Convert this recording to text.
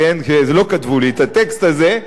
לא כתבו לי את הטקסט הזה,